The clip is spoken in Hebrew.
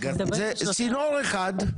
זה צינור אחד,